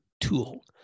tool